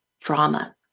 drama